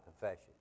confession